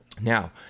Now